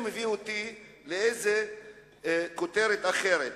זה מביא אותי לכותרת אחרת: